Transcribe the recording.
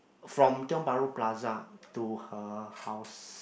from Tiong-Bahru Plaza to her house